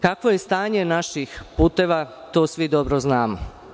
Kakvo je stanje naših puteva, to svi dobro znamo.